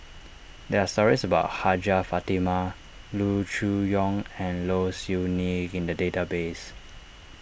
there are stories about Hajjah Fatimah Loo Choon Yong and Low Siew Nghee in the database